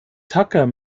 tacker